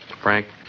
Frank